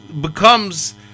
becomes